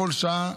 בכל שעה.